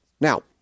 Now